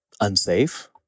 unsafe